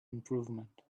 improvement